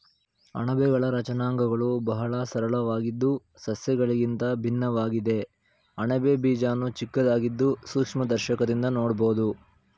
ಅಣಬೆಗಳ ರಚನಾಂಗಗಳು ಬಹಳ ಸರಳವಾಗಿದ್ದು ಸಸ್ಯಗಳಿಗಿಂತ ಭಿನ್ನವಾಗಿದೆ ಅಣಬೆ ಬೀಜಾಣು ಚಿಕ್ಕದಾಗಿದ್ದು ಸೂಕ್ಷ್ಮದರ್ಶಕದಿಂದ ನೋಡ್ಬೋದು